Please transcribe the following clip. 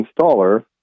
installer